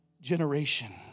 generation